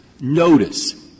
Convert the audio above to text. notice